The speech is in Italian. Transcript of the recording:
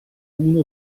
uno